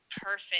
Perfect